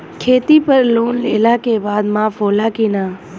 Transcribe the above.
खेती पर लोन लेला के बाद माफ़ होला की ना?